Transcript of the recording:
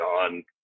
on